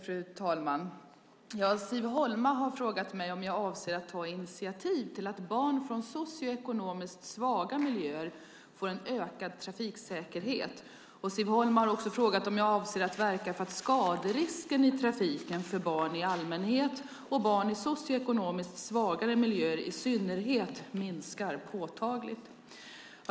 Fru talman! Siv Holma har frågat mig om jag avser att ta initiativ till att barn från socioekonomiskt svaga miljöer får en ökad trafiksäkerhet. Siv Holma har också frågat om jag avser att verka för att skaderisken i trafiken för barn i allmänhet, och barn i socioekonomiskt svagare miljöer i synnerhet, minskar påtagligt.